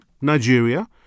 Nigeria